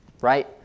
right